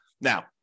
now